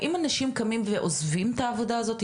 האם אנשים קמים ועוזבים את העבודה הזאתי?